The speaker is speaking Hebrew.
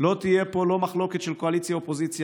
לא תהיה פה מחלוקת של קואליציה אופוזיציה,